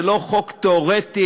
זה לא חוק תיאורטי,